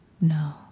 no